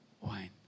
wine